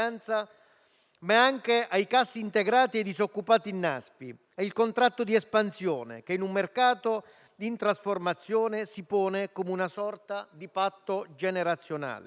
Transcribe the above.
ma anche ai cassintegrati e ai disoccupati in Naspi, e il contratto di espansione che in un mercato in trasformazione si pone come una sorta di patto generazionale.